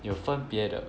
有分别的